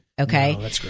Okay